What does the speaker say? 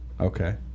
Okay